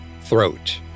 throat